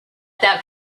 that